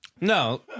No